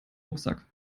rucksack